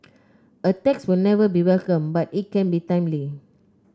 a tax will never be welcome but it can be timely